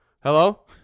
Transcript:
Hello